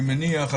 ואני מניח,